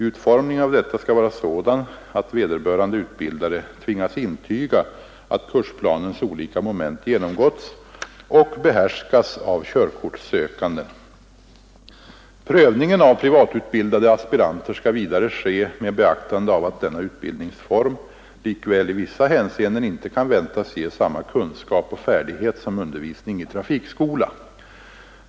Utformningen av detta skall vara sådan att vederbörande utbildare tvingas intyga att kursplanens olika moment genomgåtts och behärskas av körkortssökanden. Prövningen av privatutbildade aspiranter skall vidare ske med beaktande av att denna utbildningsform likväl i vissa hänseenden inte kan väntas ge samma kunskap och färdighet som undervisning i trafikskola.